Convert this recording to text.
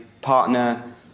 partner